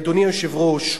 אדוני היושב-ראש,